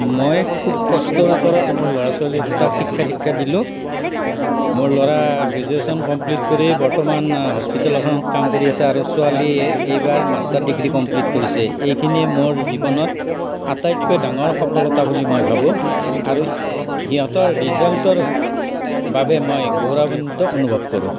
মই খুব কষ্টৰ ওপৰত মোৰ ল'ৰা ছোৱালী দুটাক শিক্ষা দীক্ষা দিলো মোৰ ল'ৰা গ্ৰেজুৱেশ্যন কমপ্লিট কৰি বৰ্তমান হস্পিতাল এখনত কাম কৰি আছে আৰু ছোৱালীয়ে এইবাৰ মাষ্টাৰ ডিগ্ৰী কমপ্লিট কৰিছে এইখিনিয়ে মোৰ জীৱনত আটাইতকৈ ডাঙৰ সফলতা বুলি মই ভাৱোঁ আৰু সিহঁতৰ ৰিজাল্টৰ বাবে মই গৌৰৱান্বিত অনুভৱ কৰোঁ